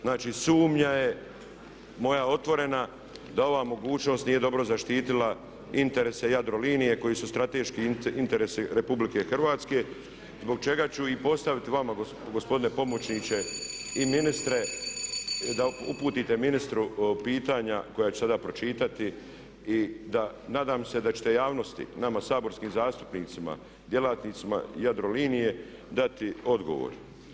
Znači sumnja je moja otvorena da ova mogućnost nije dobro zaštitila interese Jadrolinije koji su strateški interesi Republike Hrvatske zbog čega ću i postaviti vama gospodine pomoćniče da uputite ministru pitanja koja ću sada pročitati i nadam se da ćete javnosti, nama saborskim zastupnicima, djelatnicima Jadrolinije dati odgovor.